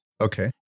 Okay